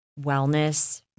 wellness